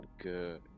good